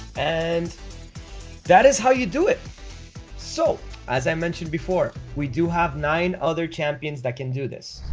and that is how you do it so as i mentioned before, we do have nine other champions that can do this